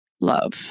love